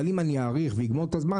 אבל אם אני אאריך ואגמור את הזמן,